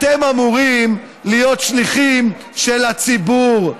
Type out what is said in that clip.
אתם אמורים להיות שליחים של הציבור,